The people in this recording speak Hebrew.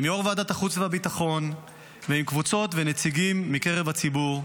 עם יו"ר ועדת החוץ והביטחון ועם קבוצות ונציגים מקרב הציבור,